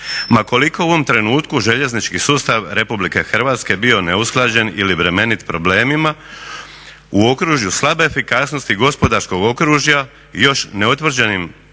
ma koliko u ovom trenutku željeznički sustav RH bio neusklađen ili bremenit problemima u okružju slabe efikasnosti gospodarskog okružja još ne utvrđenim